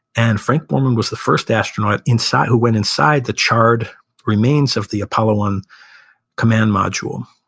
and frank borman was the first astronaut inside, who went inside the charred remains of the apollo one command module.